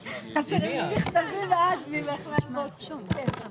רוויזיה על הסתייגות מס' 2. מי בעד, מי נגד, מי